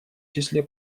числе